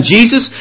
Jesus